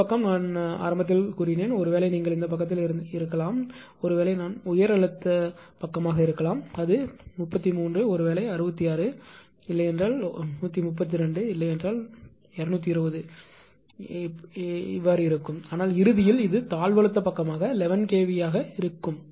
இந்த பக்கம் நான் இந்த பக்கத்தில் ஆரம்பத்தில் சொன்னேன் ஒருவேளை நீங்கள் இந்த பக்கத்தில் இருக்கலாம் ஒருவேளை நான் இந்த உயர் அழுத்தம் பக்கமாக இருக்கலாம் அது 33 ஒருவேளை 66 ஒருவேளை 132 ஒருவேளை 220 கூட சரி ஆனால் இறுதியில் இது தாழ்வழுத்த பக்கமாக 11 kV இருக்கலாம்